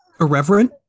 Irreverent